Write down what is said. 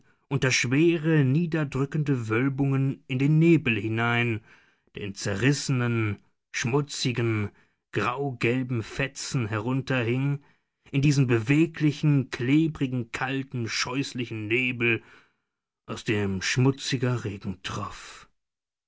unter schwere niederdrückende wölbungen in den nebel hinein der in zerrissenen schmutzigen graugelben fetzen herunterhing in diesen beweglichen klebrigen kalten scheußlichen nebel aus dem schmutziger